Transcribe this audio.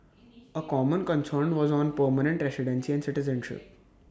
A common concern was on permanent residency and citizenship